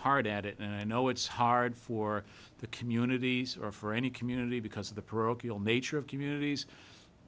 hard at it and i know it's hard for the communities or for any community because of the parochial nature of communities